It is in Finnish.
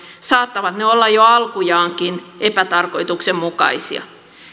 saattavat ne olla jo alkujaankin epätarkoituksenmukaisia